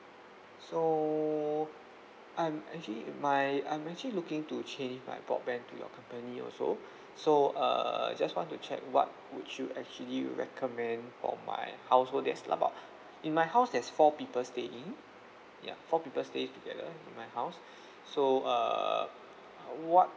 so I'm actually my I'm actually looking to change my broadband to your company also so uh I just want to check what would you actually recommend for my household that's about in my house there's four people staying yup four people stay together in my house so err what